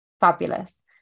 Fabulous